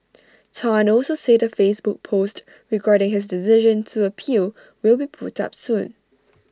Tan also said A Facebook post regarding his decision to appeal will be put up soon